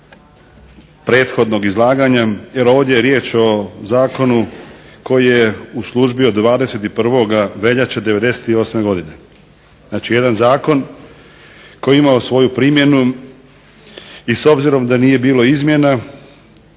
prethodnog izlaganja jer ovdje je riječ o zakonu koji je u službi od 21. veljače '98. godine, znači jedan zakon koji je imao svoju primjenu i s obzirom da nije bilo izmjena